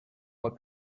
mois